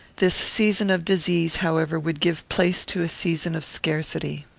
this season of disease, however, would give place to a season of scarcity.